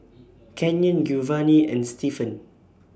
Canyon Giovani and Stefan